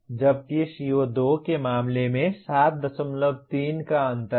जबकि CO2 के मामले में 73 का अंतर है